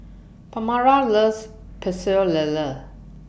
Pamala loves Pecel Lele